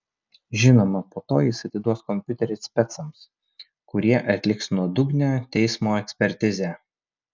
žinoma po to jis atiduos kompiuterį specams kurie atliks nuodugnią teismo ekspertizę